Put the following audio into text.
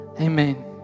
Amen